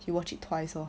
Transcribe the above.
you watch it twice lor